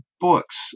books